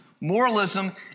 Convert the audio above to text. moralism